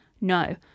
No